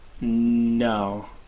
No